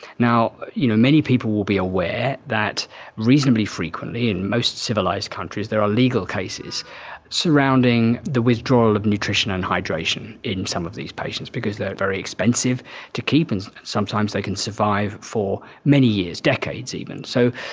you know many people will be aware that reasonably frequently in most civilised countries there are legal cases surrounding the withdrawal of nutrition and hydration in some of these patients because they are very expensive to keep and sometimes they can survive for many years, decades even. so,